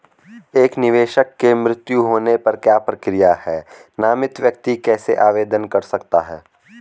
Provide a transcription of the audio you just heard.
एक निवेशक के मृत्यु होने पर क्या प्रक्रिया है नामित व्यक्ति कैसे आवेदन कर सकता है?